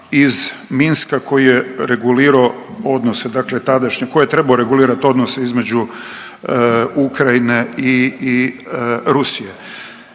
iz Minska koji je regulirao odnose dakle tadašnje, koji je trebao regulirat odnose između Ukrajine i, i Rusije.